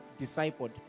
discipled